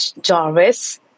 Jarvis